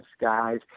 guys